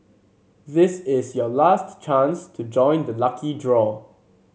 this is your last chance to join the lucky draw